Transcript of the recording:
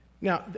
now